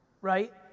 right